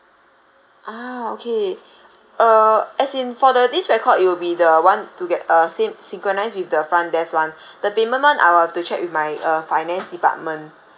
ah okay uh as in for the this record it will be the one to get uh sync~ synchronised with the front desk one the payment I will have to check with my uh finance department